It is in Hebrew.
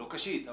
לא הקשית,